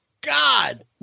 God